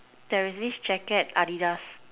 there is this jacket Adidas